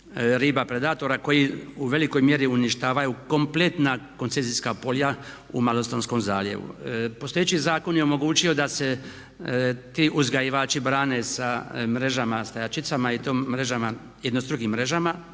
koji u velikoj mjeri uništavaju kompletna koncesijska polja u Malostonskom zaljevu. Postojeći zakon je omogućio da se ti uzgajivači brane sa mrežama stajačicama i to mrežama,